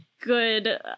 good